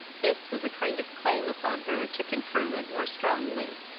this was a kind of claim upon her to confirm it more strongly.